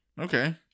Okay